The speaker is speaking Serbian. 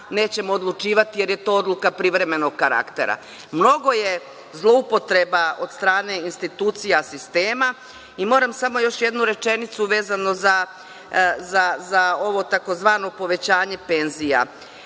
nećemo odlučivati jer je to odluka privremenog karaktera. Mnogo je zloupotreba od strane institucija sistema. Moram samo još jednu rečenicu vezano za ovo tzv. povećanje penzija.